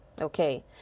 okay